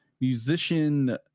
musician